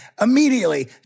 immediately